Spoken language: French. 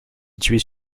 située